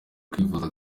kwivuza